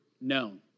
known